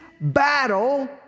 battle